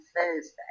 Thursday